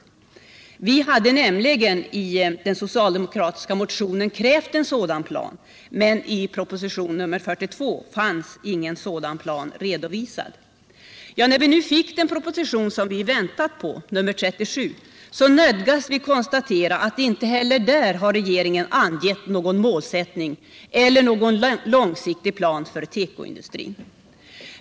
Vi hade nämligen i den socialdemokratiska motionen krävt en sådan plan, men i propositionen 42 fanns ingen sådan plan redovisad. När vi nu fått den proposition vi väntat på — nr 37 — nödgas vi konstatera att regeringen inte heller där har angett någon målsättning eller någon långsiktig plan för tekoindustrin.